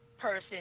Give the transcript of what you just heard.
person